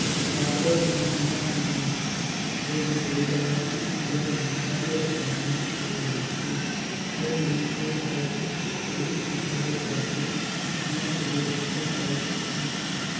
काबर कि हांथ में ओंटेदार इस्पेयर में अब्बड़ समे घलो लागथे अउ मइनसे हर थइक घलो जाथे हांथ ले ओंटई में